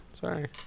Sorry